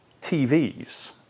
TVs